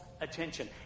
attention